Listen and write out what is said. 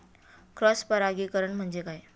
Cross परागीकरण म्हणजे काय?